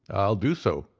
i'll do so,